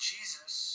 Jesus